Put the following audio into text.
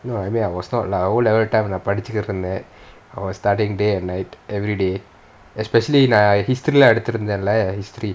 no I mean I was not lah O level time படிச்சிட்டு இருந்தேன்:padichitu irunthen I was studying day and night everyday especially நான்:naan history எடுத்து இருந்தேன்:eduthu irunthaen leh history